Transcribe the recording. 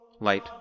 light